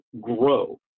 grow